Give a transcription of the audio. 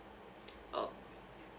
orh